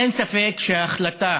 אין ספק שההחלטה